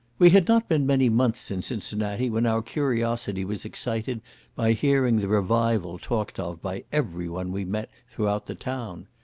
we had not been many months in cincinnati when our curiosity was excited by hearing the revival talked of by every one we met throughout the town.